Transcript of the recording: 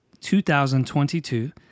2022